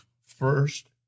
first